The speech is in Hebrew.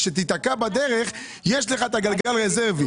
כשתיתקע בדרך יש לך את הגלגל הרזרבי,